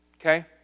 Okay